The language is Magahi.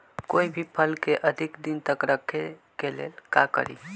कोई भी फल के अधिक दिन तक रखे के ले ल का करी?